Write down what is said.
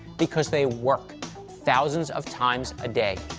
because they work thousands of times a day.